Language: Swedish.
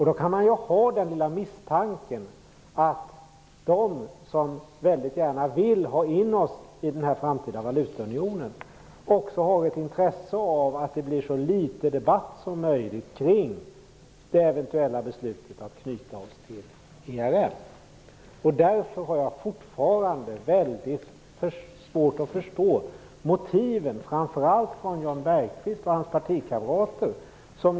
Då kan man ha den lilla misstanken att de som väldigt gärna vill ha in oss i den här framtida valutaunionen också har ett intresse av att det blir så litet debatt som möjligt kring det eventuella beslutet om en knytning till ERM. Därför har jag fortfarande väldigt svårt att förstå motiven - framför allt från Jan Bergqvists och hans partikamraters sida.